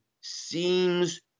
seems